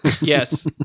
Yes